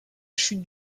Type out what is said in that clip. chute